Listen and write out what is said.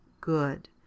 good